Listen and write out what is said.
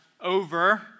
over